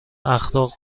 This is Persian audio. اخلاق